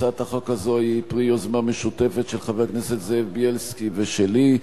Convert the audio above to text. הצעת החוק הזאת היא פרי יוזמה משותפת של חבר הכנסת זאב בילסקי ושלי,